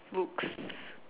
books